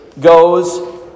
goes